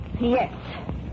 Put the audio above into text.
Yes